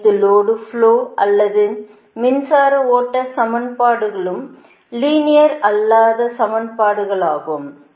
அனைத்து load flow அல்லது மின்சார ஓட்ட சமன்பாடுகளும் லீனியர் அல்லாத சமன்பாடுகளாகும்